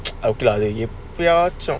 okay lah அதுஎப்பயாச்சும்:athu epayachum